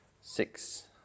six